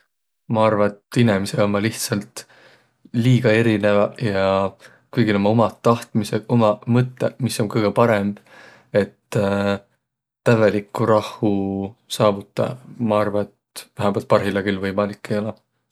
Ma arva, et inemiseq ommaq lihtsält liiga erineväq ja kõigil ommaq umaq tahtmisõq, umaq mõttõq, mis om kõgõ parõmb. Et tävvelikku rahhu saavutaq, ma arva, et vähämbält parhilla küll võimalik ei olõq.